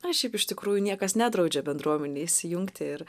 na šiaip iš tikrųjų niekas nedraudžia bendruomenei įsijungti ir